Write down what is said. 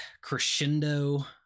crescendo